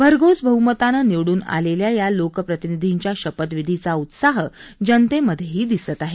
भरघोस बहमतानं निवडून आलेल्या या लोकप्रतिनिधींच्या शपथविधाला उत्साह जनतेमधेही दिसत आहे